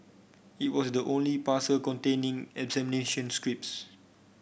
it was the only parcel containing examination scripts